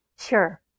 Sure